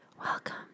welcome